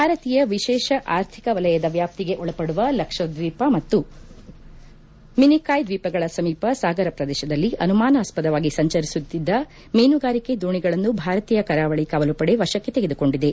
ಭಾರತೀಯ ವಿಶೇಷ ಆರ್ಥಿಕ ವಲಯದ ವ್ಯಾಪ್ತಿಗೆ ಒಳಪಡುವ ಲಕ್ಷದ್ವೀಪ ಮತ್ತು ಮಿನಿಕಾಯ್ ದ್ವೀಪಗಳ ಸಮೀಪ ಸಾಗರ ಪ್ರದೇಶದಲ್ಲಿ ಅನುಮಾನಾಸ್ಪದವಾಗಿ ಸಂಚರಿಸುತ್ತಿದ್ದ ಮೀನುಗಾರಿಕೆ ದೋಣಿಗಳನ್ನು ಭಾರತೀಯ ಕರಾವಳಿ ಕಾವಲುಪಡೆ ವಶಕ್ಕೆ ತೆಗೆದುಕೊಂಡಿದೆ